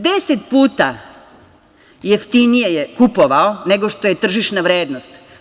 Deset puta jeftinije je kupovao nego što je tržišna vrednost.